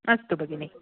अस्तु भगिनी